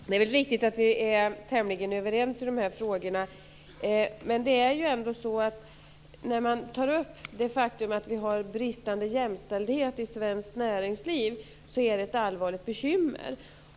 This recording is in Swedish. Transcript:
Herr talman! Det är riktigt att vi är tämligen överens i de här frågorna. Men att vi har en bristande jämställdhet i svenskt näringsliv är ett allvarligt bekymmer.